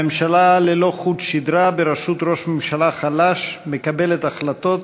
ממשלה ללא חוט שדרה בראשות ראש ממשלה חלש מקבלת החלטות